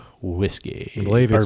Whiskey